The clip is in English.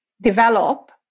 develop